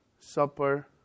Supper